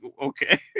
Okay